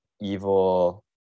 evil